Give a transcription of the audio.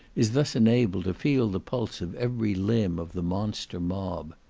is thus enabled to feel the pulse of every limb of the monster mob.